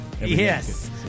Yes